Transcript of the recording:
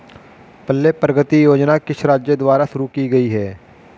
पल्ले प्रगति योजना किस राज्य द्वारा शुरू की गई है?